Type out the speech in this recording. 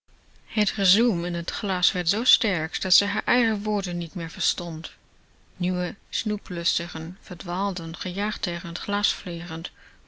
het gezoem in het glas werd zoo sterk dat ze haar eigen woorden niet meer verstond nieuwe snoeplustigen verdwaalden gejaagd tegen t glas